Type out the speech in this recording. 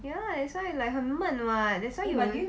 ya that's why like 很闷 [what] that's why you~